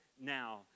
now